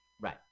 Right